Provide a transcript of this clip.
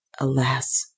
Alas